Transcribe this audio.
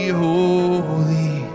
holy